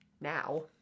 now